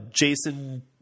Jason